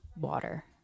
water